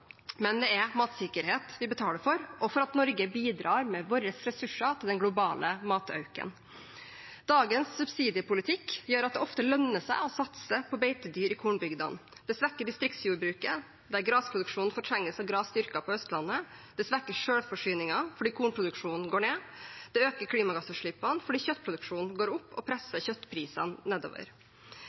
men det er matsikkerhet vi betaler for, og for at Norge bidrar med våre ressurser til den globale matauken. Dagens subsidiepolitikk gjør at det ofte lønner seg å satse på beitedyr i kornbygdene. Det svekker distriktsjordbruket der grasproduksjonen fortrenges av gras dyrket på Østlandet. Det svekker selvforsyningen fordi kornproduksjonen går ned. Det øker klimagassutslippene fordi kjøttproduksjonen går opp og presser kjøttprisene nedover.